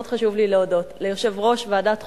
מאוד חשוב לי להודות ליושב-ראש ועדת החוקה,